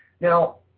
Now